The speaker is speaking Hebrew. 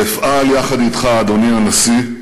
ואפעל יחד אתך, אדוני הנשיא,